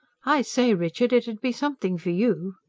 i say, richard, it'ud be something for you.